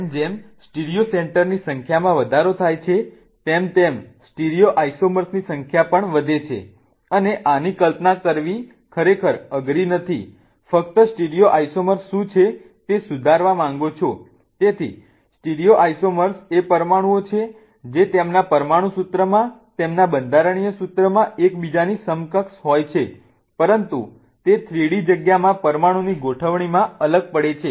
જેમ જેમ સ્ટીરિયો સેન્ટરની સંખ્યામાં વધારો થાય છે તેમ તેમ સ્ટીરિયોઆઈસોમર્સની સંખ્યા પણ વધે છે અને આની કલ્પના કરવી ખરેખર અઘરી નથી ફક્ત સ્ટીરિયોઆઈસોમર્સ શું છે તે સુધારવા માંગો છો તેથી સ્ટીરિયોઆઈસોમર્સ એ પરમાણુઓ છે જે તેમના પરમાણુ સૂત્રમાં તેમના બંધારણીય સૂત્રમાં એકબીજાની સમકક્ષ હોય છે પરંતુ તે 3 D જગ્યામાં પરમાણુની ગોઠવણીમાં અલગ પડે છે